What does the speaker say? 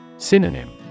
Synonym